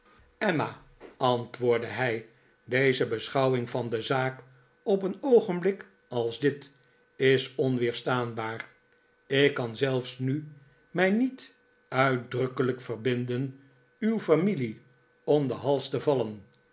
emma antwoordde hij deze beschouwing van de zaak op een oogenblik als dit is onweerstaanbaar ik kan zelfs nu mij niet uitdrukkelijk verbinden uw familie om den hals te vallen